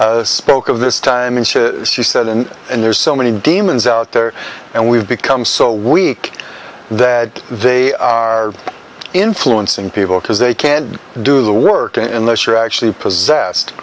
janie spoke of this time and she said and and there's so many demons out there and we've become so weak that they are influencing people because they can't do the work and sure actually possessed